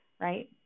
right